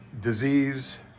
disease